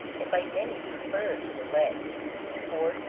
and by many preferred to the leg for,